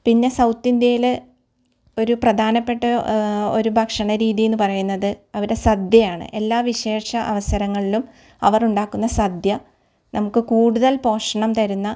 പിന്നെ സൗത്ത് ഇന്ത്യയിൽ ഒരു പ്രധാനപ്പെട്ട ഒരു ഭക്ഷണ രീതി എന്ന് പറയുന്നത് അവരുടെ സദ്യയാണ് എല്ലാ വിശേഷ അവസരങ്ങളിലും അവർ ഉണ്ടാക്കുന്ന സദ്യ നമുക്ക് കൂടുതൽ പോഷണം തരുന്ന